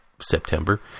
September